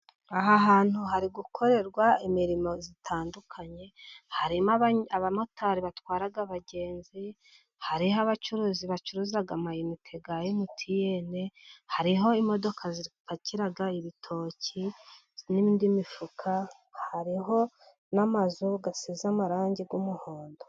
Aha hantu hari gukorerwa imirimo itandukanye. Hari abamotari batwara abagenzi, hari abacuruzi bacuruza amayinite ya MTN, hariho imodoka zipakira ibitoki, n'indi mifuka hariho n'amazu asize amarangi y'umuhondo.